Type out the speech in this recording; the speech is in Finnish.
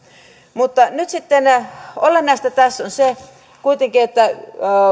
mutta nyt sitten olennaista tässä on se kuitenkin että